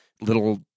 little